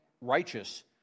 righteous